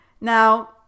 Now